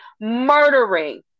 murdering